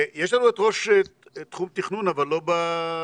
יש לנו את ראש תחום תכנון, אבל לא ארצי.